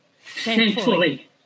Thankfully